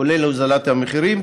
כולל הוזלת המחירים,